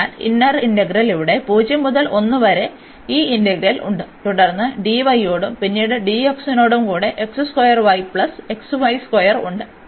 അതിനാൽ inner integral ഇവിടെ 0 മുതൽ 1 വരെ ഈ ഇന്റഗ്രൽ ഉണ്ട് തുടർന്ന് യോടും പിന്നീട് dx നോടും കൂടി ഉണ്ട്